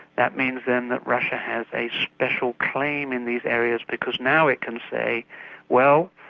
that means then that russia has a special claim in these areas because now it can say well,